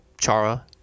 Chara